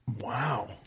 Wow